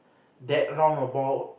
that roundabout